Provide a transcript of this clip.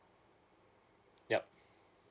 yup